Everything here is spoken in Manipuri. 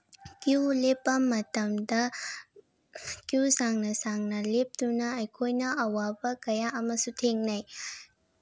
ꯀꯤꯎ ꯂꯦꯞꯄ ꯃꯇꯝꯗ ꯀꯤꯎ ꯁꯥꯡꯅ ꯁꯥꯡꯅ ꯂꯦꯞꯇꯨꯅ ꯑꯩꯈꯣꯏꯅ ꯑꯋꯥꯕ ꯀꯌꯥ ꯑꯃꯁꯨ ꯊꯦꯡꯅꯩ